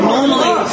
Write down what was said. Normally